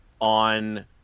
on